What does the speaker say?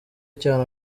icyaha